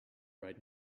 right